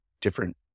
different